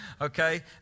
okay